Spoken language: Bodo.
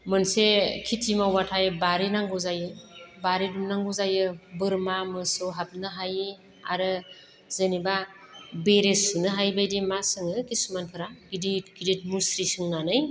मोनसे खेथि मावबाथाय बारि नांगौ जायो बारि दुमनांगौ जायो बोरमा मोसौ हाबनो हायि आरो जेनेबा बेरे सुनो हायि बादि मा सोङो खिसुमानफ्रा गिदिर गिदिर मुस्रि सोंनानै